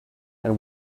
and